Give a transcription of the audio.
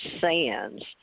Sands